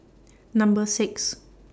Number six